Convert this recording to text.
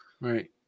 Right